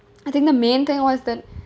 I think the main thing was that